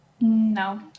No